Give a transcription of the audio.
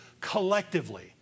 collectively